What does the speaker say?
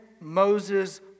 Moses